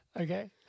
Okay